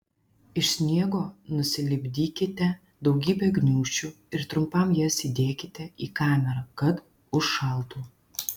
iš sniego nusilipdykite daugybę gniūžčių ir trumpam jas įdėkite į kamerą kad užšaltų